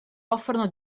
offrono